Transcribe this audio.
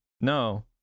No